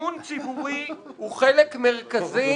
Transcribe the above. מימון ציבורי הוא חלק מרכזי